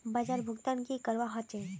बाजार भुगतान की करवा होचे?